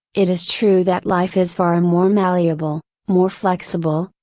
it is true that life is far and more malleable, more flexible,